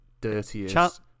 dirtiest